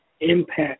Impact